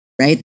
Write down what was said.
right